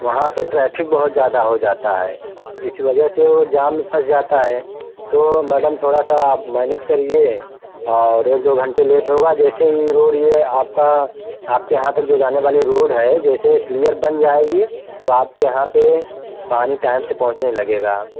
वहाँ पर ट्रैफिक बहुत ज़्यादा हो जाता है इस वजह से वो जाम में फँस जाता है तो मैडम थोड़ा सा आप मैनेज करिए और एक दो घंटे लेट होगा जैसे ही रोड यह आपका आपके यहाँ तक जो जाने वाली रोड है जैसे क्लियर बन जाएगी तो आपके यहाँ पर पानी टाइम से पहुँचने लगेगा